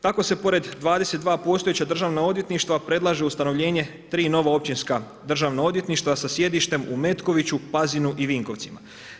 Tako se pored 22 postojeća državna odvjetništva predlaže ustanovljenje tri nova općinska državna odvjetništva sa sjedištem u Metkoviću, Pazinu i Vinkovcima.